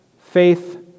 faith